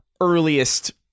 earliest